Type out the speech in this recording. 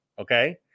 Okay